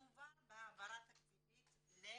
מועבר בהעברה תקציבית למל"ג,